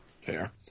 Fair